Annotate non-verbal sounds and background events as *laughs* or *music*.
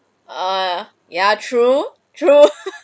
err ya true true *laughs*